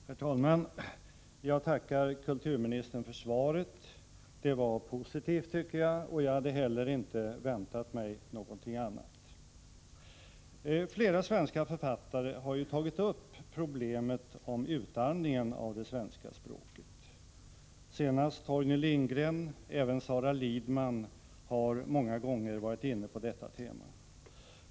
Herr talman! Jag tackar kulturministern för svaret. Jag tycker att det var positivt, och jag hade inte heller väntat mig något annat. Flera svenska författare har tagit upp problemet med utarmningen av det svenska språket, senast Torgny Lindgren. Även Sara Lidman har många gånger varit inne på detta tema.